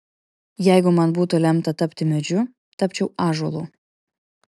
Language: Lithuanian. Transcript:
jeigu man būtų lemta tapti medžiu tapčiau ąžuolu